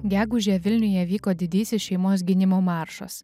gegužę vilniuje vyko didysis šeimos gynimo maršas